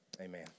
amen